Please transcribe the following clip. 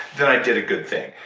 then i did a good thing.